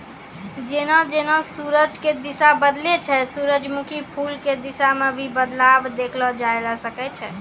जेना जेना सूरज के दिशा बदलै छै सूरजमुखी फूल के दिशा मॅ भी बदलाव देखलो जाय ल सकै छै